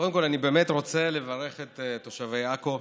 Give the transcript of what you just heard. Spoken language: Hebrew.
קודם כול אני באמת רוצה לברך את תושבי עכו,